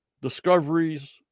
discoveries